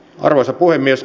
arvoisa puhemies